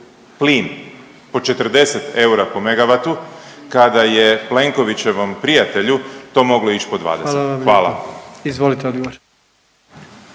plin po 40 eura po megavatu kada je Plenkovićevom prijatelju to moglo ić po 20? Hvala.